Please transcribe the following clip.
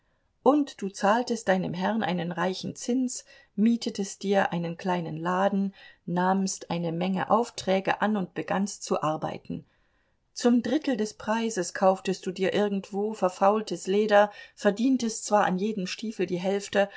und du zahltest deinem herrn einen reichen zins mietetest dir einen kleinen laden nahmst eine menge aufträge an und begannst zu arbeiten zum drittel des preises kauftest du dir irgendwo verfaultes leder verdientest zwar an jedem stiefel die hälfte